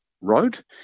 road